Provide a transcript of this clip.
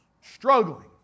struggling